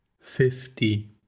fifty